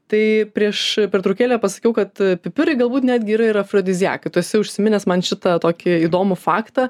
tai prieš pertraukėlę pasakiau kad pipirai galbūt netgi yra ir afrodiziakai tu esi užsiminęs man šitą tokį įdomų faktą